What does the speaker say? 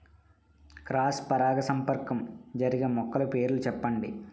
Cross పరాగసంపర్కం జరిగే మొక్కల పేర్లు చెప్పండి?